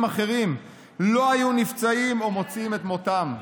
אחרים לא היו נפצעים או מוצאים את מותם.